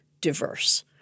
diverse